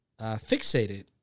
fixated